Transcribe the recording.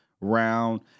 round